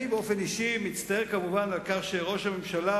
אני באופן אישי מצטער כמובן על כך שראש הממשלה,